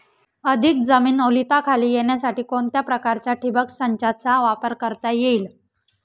अधिक जमीन ओलिताखाली येण्यासाठी कोणत्या प्रकारच्या ठिबक संचाचा वापर करता येईल?